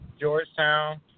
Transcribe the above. Georgetown